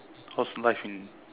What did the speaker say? how's life in